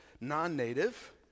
non-native